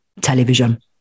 television